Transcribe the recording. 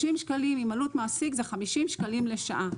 30 שקלים עם עלות מעסיק זה 50 שקלים לשעה.